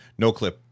NoClip